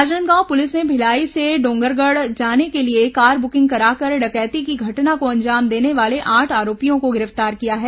Rajnandgaon police ने भिलाई से डोंगरगढ़ जाने के लिए कार बुकिंग कराकर डकैती की घटना को अंजाम देने वाले आठ आरोपियों को गिरफ्तार किया है